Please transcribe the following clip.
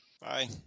Bye